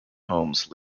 homes